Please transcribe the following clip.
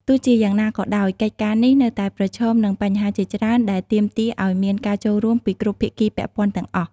ទោះជាយ៉ាងណាក៏ដោយ កិច្ចការនេះនៅតែប្រឈមនឹងបញ្ហាជាច្រើនដែលទាមទារឱ្យមានការចូលរួមពីគ្រប់ភាគីពាក់ព័ន្ធទាំងអស់។